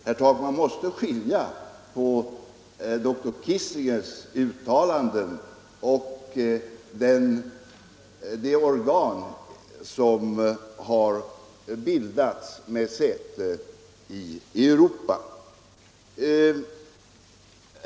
Herr Takman måste skilja mellan uttalanden av dr Kissinger och meningsyttringar från det organ som har bildats med säte i Europa.